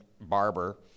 barber